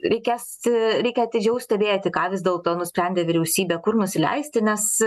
reikės reikia atidžiau stebėti ką vis dėlto nusprendė vyriausybė kur nusileisti nes